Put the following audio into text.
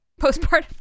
Postpartum